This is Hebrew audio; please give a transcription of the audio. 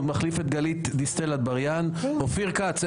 מחליף את גלית דיסטל אטבריאן; אופיר כץ פה,